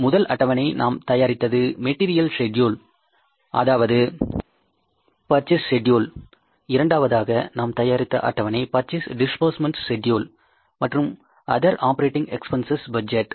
முதல் அட்டவணை நாம் தயாரித்தது மெடீரியால் செட்யூல் அதாவது பர்சேஸ் செட்யூல் இரண்டாவதாக நாம் தயாரித்த அட்டவணை பர்சேஸ் டிஸ்பர்ஸ்மென்ட் செட்யூல் மற்றும் அதர் ஆப்பரேட்டிங் எக்ஸ்பென்ஸஸ் பட்ஜெட்